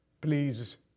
Please